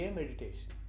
meditation